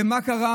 ומה קרה?